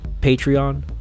Patreon